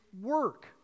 work